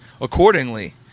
accordingly